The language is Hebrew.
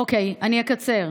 אוקיי, אני אקצר.